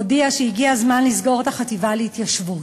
הודיעה שהגיע הזמן לסגור את החטיבה להתיישבות.